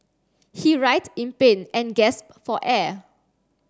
he writhed in pain and gasped for air